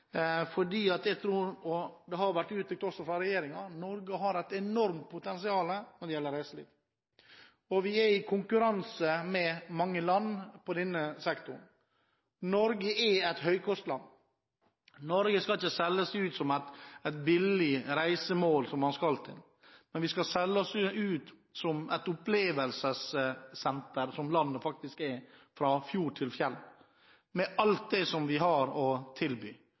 Det har vært uttrykt fra regjeringen at Norge har et enormt potensial når det gjelder reiseliv. Vi er i konkurranse med mange land i denne sektoren. Norge er et høykostland. Norge skal ikke selges ut som et billig reisemål, men vi skal selge oss ut som et opplevelsessenter – som landet faktisk er, fra fjord til fjell – med alt det vi har å tilby.